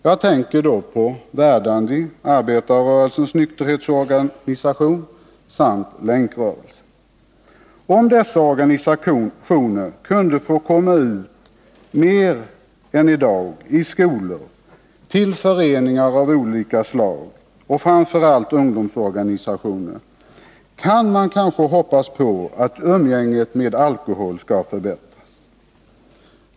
Jag tänker då på Verdandi, arbetarrörelsens nykterhetsorganisation, och länkrörelsen. Om dessa organisationer mer än i dag kunde få komma ut i skolor och till föreningar av olika slag, då framför allt ungdomsorganisationer, kunde man kanske hoppas på att umgänget med alkohol skulle förbättras.